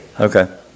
Okay